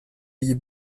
ayez